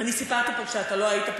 סיפרתי כשלא היית פה,